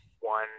one